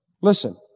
Listen